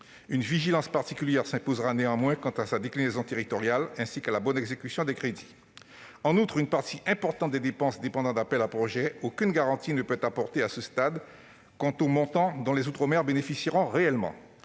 Une vigilance particulière s'imposera néanmoins quant à la déclinaison territoriale de ce plan et à la bonne exécution des crédits. En outre, dans la mesure où une partie importante des dépenses dépend d'appels à projets, aucune garantie ne peut être apportée à ce stade quant au montant dont les outre-mer bénéficieront réellement.